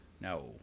No